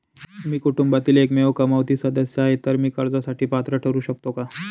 मी कुटुंबातील एकमेव कमावती सदस्य आहे, तर मी कर्जासाठी पात्र ठरु शकतो का?